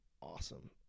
awesome